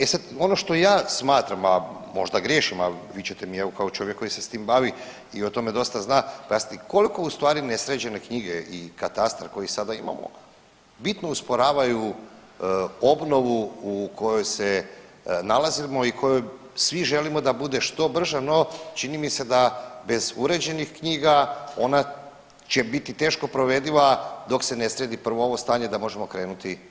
E sad, ono što ja smatram, a možda griješim, al vi ćete mi kao čovjek koji se s tim bavi i o tome dosta zna kazati koliko u stvari nesređene knjige i katastra koji sada imamo bitno usporavaju obnovu u kojoj se nalazimo i koju svi želimo da bude što brža, no čini mi se da bez uređenih knjiga ona će biti teško provediva dok se ne sredi prvo ovo stanje da možemo krenuti, krenuti dalje.